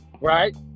right